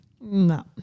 No